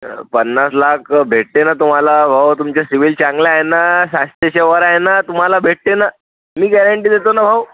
पन्नास लाख भेटते ना तुम्हाला भाऊ तुमच्या सिबिल चांगला आहे ना सातशेच्या वर आहे ना तुम्हाला भेटते ना मी ग्यारंटि देतो ना भाऊ